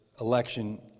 election